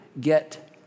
get